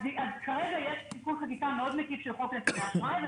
כרגע יש תיקון חקיקה מקיף מאוד של חוק נתוני אשראי.